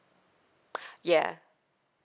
ya